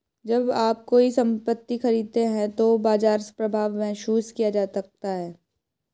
जब आप कोई संपत्ति खरीदते हैं तो बाजार प्रभाव महसूस किया जा सकता है